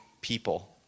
people